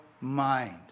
mind